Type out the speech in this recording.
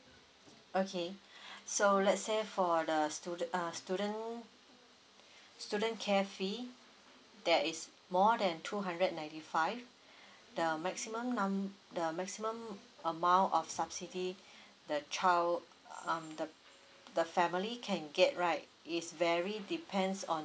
okay so let's say for the student uh student student care fee that is more than two hundred ninety five the maximum num~ the maximum amount of subsidy the child um the the family can get right is very depends on